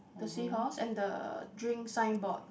the seahorse and the drink signboard